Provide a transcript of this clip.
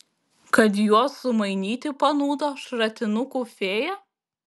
kad juos sumainyti panūdo šratinukų fėja